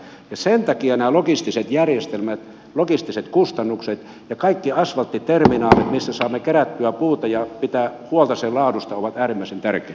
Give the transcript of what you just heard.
sen takia nämä logistiset järjestelmät logistiset kustannukset ja kaikki asfalttipohjaiset terminaalit minne saadaan kerättyä puuta ja missä pitää huolta sen laadusta ovat äärimmäisen tärkeitä